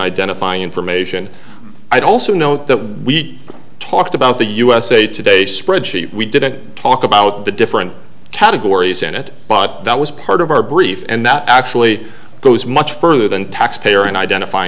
identifying information i'd also note that when we talked about the usa today spreadsheet we didn't talk about the different categories in it but that was part of our brief and that actually goes much further than tax payer and identify